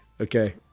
Okay